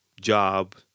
job